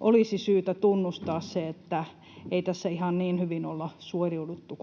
olisi syytä tunnustaa se, että ei tässä ihan niin hyvin olla suoriuduttu